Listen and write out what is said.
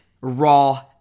raw